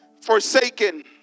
forsaken